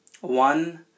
one